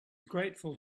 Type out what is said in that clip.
grateful